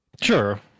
Sure